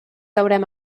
haurem